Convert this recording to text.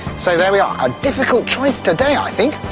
so there we are, a difficult choice today i think,